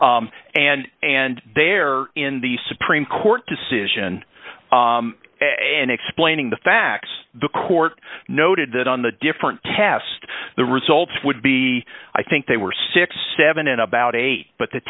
domes and and there in the supreme court decision and explaining the facts the court noted that on the different test the results would be i think they were sixty seven dollars in about eight but the